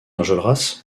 enjolras